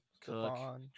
Cook